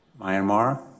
Myanmar